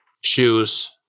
shoes